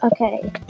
Okay